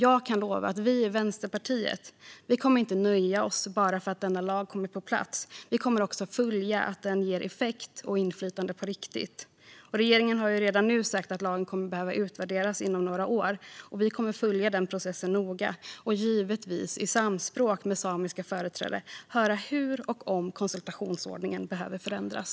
Jag kan lova att vi i Vänsterpartiet inte kommer att nöja oss bara för att lagen kommer på plats, utan vi kommer att följa att den också ger effekt och inflytande på riktigt. Regeringen har redan nu sagt att lagen kommer att behöva utvärderas inom några år. Vi kommer att följa den processen noga och, givetvis i samspråk med samiska företrädare, höra hur och om konsultationsordningen behöver förändras.